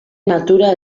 natura